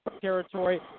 territory